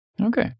Okay